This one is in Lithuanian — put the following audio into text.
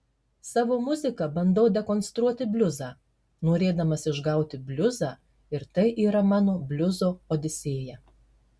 savo muzika bandau dekonstruoti bliuzą norėdamas išgauti bliuzą ir tai yra mano bliuzo odisėja